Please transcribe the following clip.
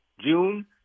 June